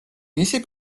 მისი